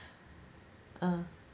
uh